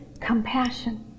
compassion